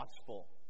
watchful